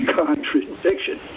contradiction